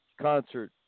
concert